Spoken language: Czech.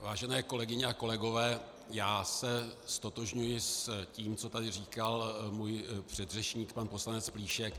Vážené kolegyně a kolegové, ztotožňuji se tím, co tady říkal můj předřečník pan poslanec Plíšek.